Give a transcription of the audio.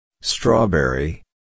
Strawberry